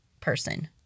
person